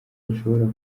bashobora